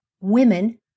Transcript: Women